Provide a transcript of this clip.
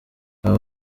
aba